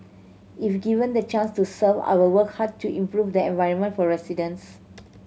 if given the chance to serve I will work hard to improve the environment for residents